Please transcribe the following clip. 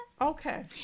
Okay